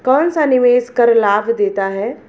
कौनसा निवेश कर लाभ देता है?